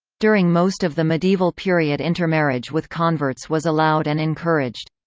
during most of the medieval period intermarriage with converts was allowed and encouraged.